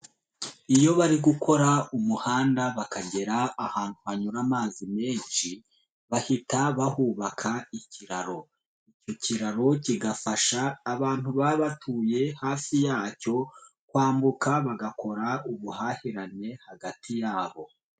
Iyo bari gukora umuhanda bakagera ahantu hanyura amazi menshi, bahita bahubaka ikiraro. Icyo kiraro kigafasha abantu baba batuye hafi yacyo kwambuka bagakora ubuhahirane hagati yabo.